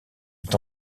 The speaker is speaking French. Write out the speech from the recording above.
est